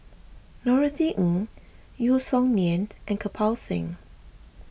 Norothy Ng Yeo Song Nian and Kirpal Singh